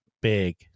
big